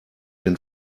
den